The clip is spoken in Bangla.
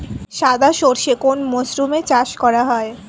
সাদা সর্ষে কোন মরশুমে চাষ করা হয়?